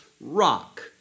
rock